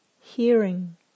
hearing